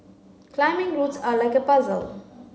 climbing routes are like a puzzle